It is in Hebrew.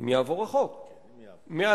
אם יעבור החוק, מהלילה.